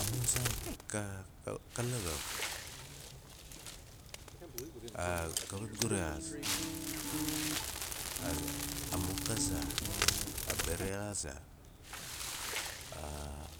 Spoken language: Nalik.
A mun saan ka- ka lagof. Aa kawat gu rexaas aa- za- a mok ka zaa, a bare xa saa, aa-